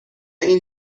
این